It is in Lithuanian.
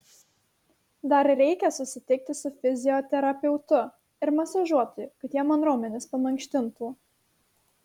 dar reikia susitikti su fizioterapeutu ir masažuotoju kad jie man raumenis pamankštintų